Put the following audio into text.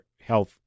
health